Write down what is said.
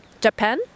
Japan